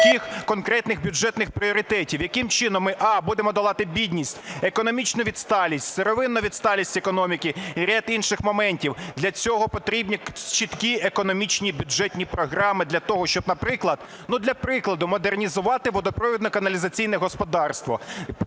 чітких, конкретних бюджетних пріоритетів, яким чином ми: а) будемо долати бідність, економічну відсталість, сировинну відсталість економіки і ряд інших моментів. Для цього потрібні чіткі економічні бюджетні програми. Для того, щоб, наприклад, для прикладу, модернізувати водопровідно-каналізаційне господарство.